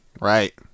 Right